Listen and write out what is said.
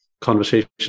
conversation